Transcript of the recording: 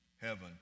heaven